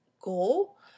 goal